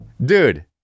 Dude